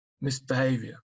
misbehavior